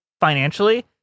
financially